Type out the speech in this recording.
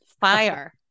fire